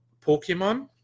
Pokemon